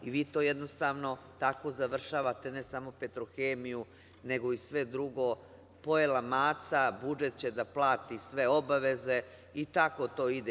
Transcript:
Vi to jednostavno tako završavate, ne samo „Petrohemiju“, nego i sve drugo pojela maca, budžet će da plati sve obaveze i tako to ide.